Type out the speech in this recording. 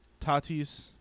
Tatis